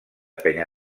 penya